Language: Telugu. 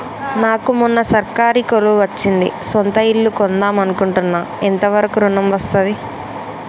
నాకు మొన్న సర్కారీ కొలువు వచ్చింది సొంత ఇల్లు కొన్దాం అనుకుంటున్నా ఎంత వరకు ఋణం వస్తది?